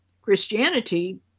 Christianity